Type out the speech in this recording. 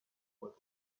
what